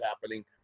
happening